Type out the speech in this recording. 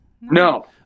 No